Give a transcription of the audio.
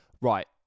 Right